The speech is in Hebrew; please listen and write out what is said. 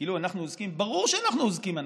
כאילו אנחנו אוזקים, ברור שאנחנו אוזקים אנשים,